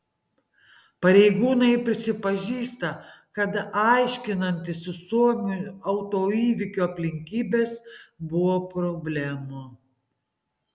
pareigūnai prisipažįsta kad aiškinantis su suomiu autoįvykio aplinkybes buvo problemų